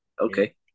okay